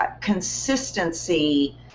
Consistency